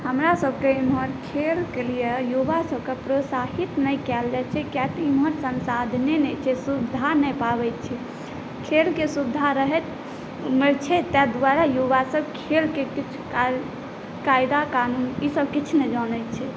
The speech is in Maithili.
हमरा सबके एम्हर खेलके लिए युवा सबके प्रोत्साहित नहि कएल जाइ छै कियाकि एम्हर संसाधने नहि छै सुविधा नहि पाबै छै खेलके सुविधा रहैत उमर छै ताहि दुआरे युवासब खेलके किछु कायदा कानून ईसब किछु नहि जानै छै